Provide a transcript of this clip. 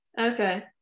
Okay